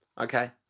Okay